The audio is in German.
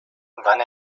wann